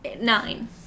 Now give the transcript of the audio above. nine